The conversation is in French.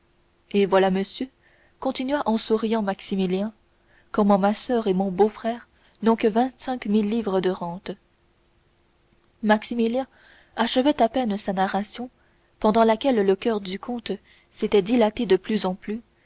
et voilà monsieur continua en souriant maximilien comment ma soeur et mon beau-frère n'ont que vingt-cinq mille livres de rente maximilien achevait à peine sa narration pendant laquelle le coeur du comte s'était dilaté de plus en plus